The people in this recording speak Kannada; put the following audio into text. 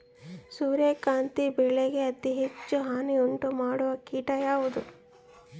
ಸೂರ್ಯಕಾಂತಿ ಬೆಳೆಗೆ ಅತೇ ಹೆಚ್ಚು ಹಾನಿ ಉಂಟು ಮಾಡುವ ಕೇಟ ಯಾವುದು?